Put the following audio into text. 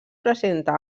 presenta